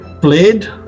played